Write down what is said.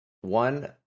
one